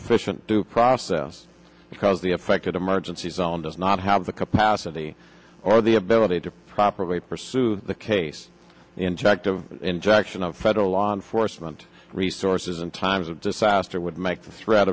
official due process because the affected emergency zone does not have the capacity or the ability to properly pursue the case injective injection of federal law enforcement resources in times of disaster would make the threat